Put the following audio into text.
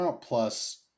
Plus